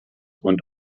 und